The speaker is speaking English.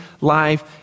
life